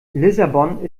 lissabon